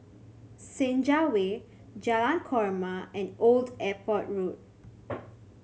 Senja Way Jalan Korma and Old Airport Road